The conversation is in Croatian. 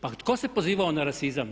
Pa tko se pozivao na rasizam?